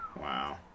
Wow